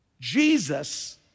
Jesus